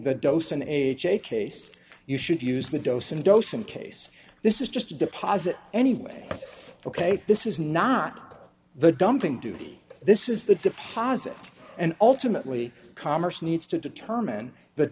the docent a j case you should use the dos and dos in case this is just deposit anyway ok this is not the dumping duty this is the deposit and ultimately commerce needs to determine but